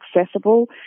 accessible